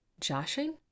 Joshing